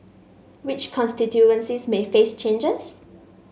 which constituencies may face changes